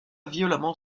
violemment